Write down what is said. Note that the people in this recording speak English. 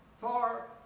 far